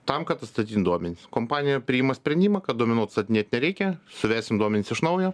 tam kad atstatytum duomenis kompanija priima sprendimą kad duomenų atstatinėt nereikia suvesim duomenis iš naujo